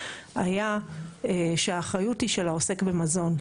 היה שהאחריות היא של העוסק במזון.